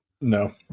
No